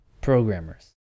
programmers